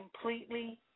completely